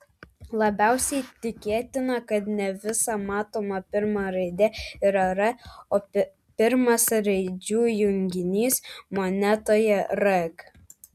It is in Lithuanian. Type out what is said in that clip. labiausiai tikėtina kad ne visa matoma pirma raidė yra r o pirmas raidžių junginys monetoje reg